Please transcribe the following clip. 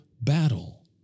battle